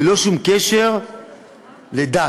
ללא שום קשר לדת,